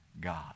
God